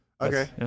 Okay